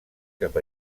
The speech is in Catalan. cap